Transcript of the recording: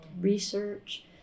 research